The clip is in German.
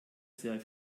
sehr